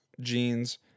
jeans